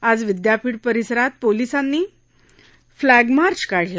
आज विद्यपीठ परिसरात पोलिसांनी फ्लॅक मार्च काढला